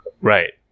Right